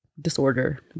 disorder